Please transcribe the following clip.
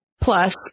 plus